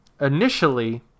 initially